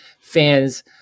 fans